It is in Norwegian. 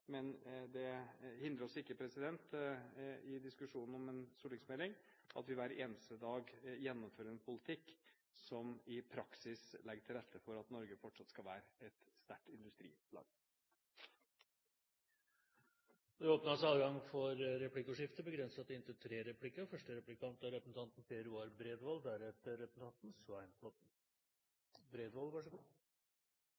Men det hindrer oss ikke i diskusjonen om en stortingsmelding at vi hver eneste dag gjennomfører en politikk som i praksis legger til rette for at Norge fortsatt skal være et sterkt industriland. Det blir replikkordskifte. For Fremskrittspartiet hadde det vært av den største betydning at vi hadde fått en melding om industrien og